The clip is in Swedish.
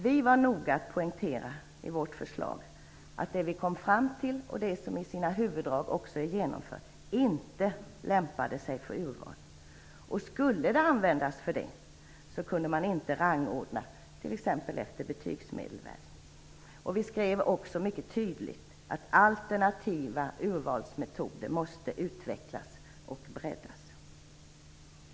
Vi var noga med att i vårt förslag poängtera att det vi kom fram till, och det som i sina huvuddrag också är genomfört, inte lämpade sig för urval. Skulle det användas till det, kunde man inte rangordna t.ex. efter betygsmedelvärde. Vi skrev också mycket tydligt att alternativa urvalsmetoder måste utvecklas och breddas.